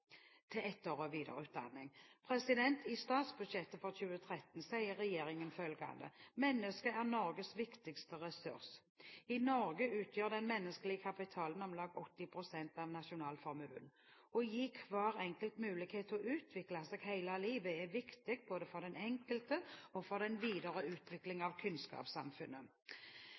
og videreutdanning. I statsbudsjettet for 2013 sier regjeringen følgende: «Menneske er Noregs viktigaste ressurs. I Noreg utgjer den menneskelege kapitalen om lag 80 pst. av nasjonalformuen. Å gi kvar enkelt moglegheit til å utvikle seg heile livet er viktig både for den einskilde og for den vidare utviklinga av kunnskapssamfunnet.